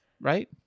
right